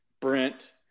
Brent